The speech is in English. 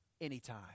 anytime